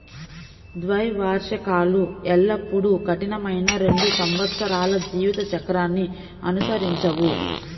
ద్వైవార్షికాలు ఎల్లప్పుడూ కఠినమైన రెండు సంవత్సరాల జీవిత చక్రాన్ని అనుసరించవు